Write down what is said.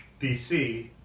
bc